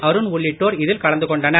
அருண் உள்ளிட்டோர் இதில் கலந்து கொண்டனர்